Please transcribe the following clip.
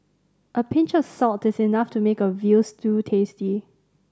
a pinch of salt is enough to make a veal stew tasty